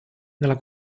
nella